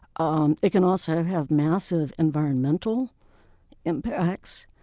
um it can also have massive environmental impacts.